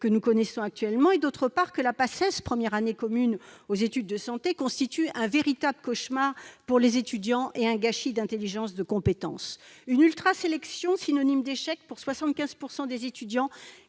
que nous connaissons actuellement et, d'autre part, que la première année commune aux études de santé, la Paces, constitue un véritable cauchemar pour les étudiants, et un gâchis d'intelligence et de compétences. Cette ultra-sélection, synonyme d'échec pour 75 % des étudiants,